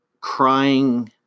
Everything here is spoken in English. crying